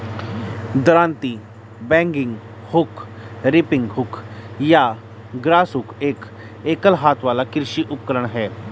दरांती, bagging hook, reaping hook या grass hook एक एकल हाथ वाला कृषि उपकरण है